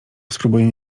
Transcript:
spróbuję